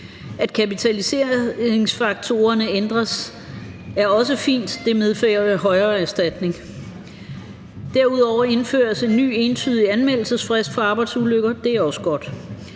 At kapitaliseringsfaktorerne ændres, er også fint; det medfører højere erstatning. Derudover indføres en ny, entydig anmeldelsesfrist for arbejdsulykker. Det er også godt.